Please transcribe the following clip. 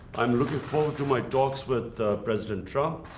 i'm looking forward to my talks with president trump.